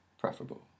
preferable